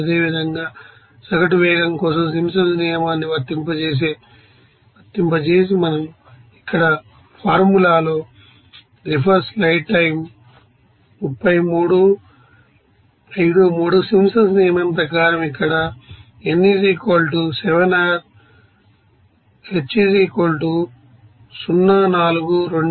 అదేవిధంగా సగటు వేగం కోసం సింప్సన్స్ నియమాన్ని వర్తింపజేసి మనం ఇక్కడ ఫార్ములా లో సింప్సన్స్ నియమం ప్రకారం ఇక్కడ n 7 h 0